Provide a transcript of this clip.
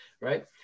right